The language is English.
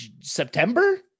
September